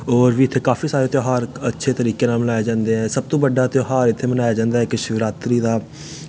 होर बी इत्थें काफी सारे ध्यार अच्छे तरीके नाल बनाए जंदे ऐ सह तो बड्डा ध्यार इत्थै बनाया जंदा ऐ इत्थै शिवरात्री दा